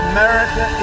America